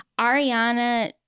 Ariana